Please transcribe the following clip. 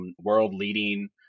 world-leading